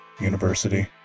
university